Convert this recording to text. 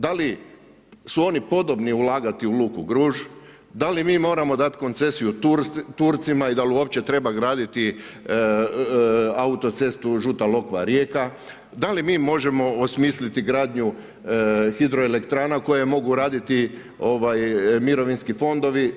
Da li su oni podobni ulagati u luku Gruž, da li mi moramo dati koncesiju Turcima i da li uopće treba graditi autocestu Žuta lokva-Rijeka, da li mi možemo osmisliti gradnju hidroelektrana koje mogu raditi mirovinski fondovi?